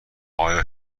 آیا